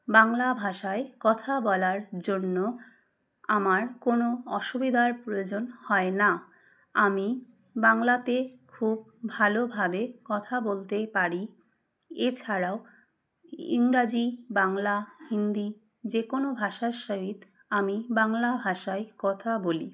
বাংলা ভাষায় কথা বলার জন্য আমার কোনো অসুবিধার প্রয়োজন হয় না আমি বাংলাতে খুব ভালোভাবে কথা বলতে পারি এছাড়াও ইংরাজি বাংলা হিন্দি যে কোনো ভাষার সহিত আমি বাংলা ভাষায় কথা বলি